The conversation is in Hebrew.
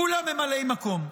כולם ממלאי מקום.